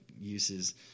uses